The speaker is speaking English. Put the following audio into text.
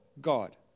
God